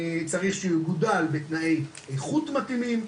צריך שהוא יגודל בתנאי איכות מתאימים,